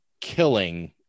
killing